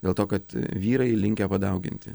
dėl to kad vyrai linkę padauginti